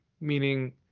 meaning